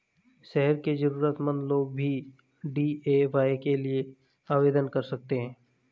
शहर के जरूरतमंद लोग भी डी.ए.वाय के लिए आवेदन कर सकते हैं